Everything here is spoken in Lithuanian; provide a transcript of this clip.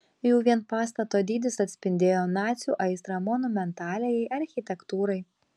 jau vien pastato dydis atspindėjo nacių aistrą monumentaliajai architektūrai